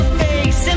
face